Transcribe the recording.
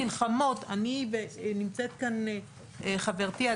אני וחברתי,